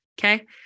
Okay